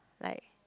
like